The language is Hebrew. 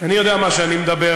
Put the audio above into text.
אני יודע מה שאני מדבר.